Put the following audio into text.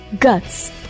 Guts